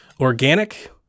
organic